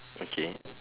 okay